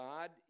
God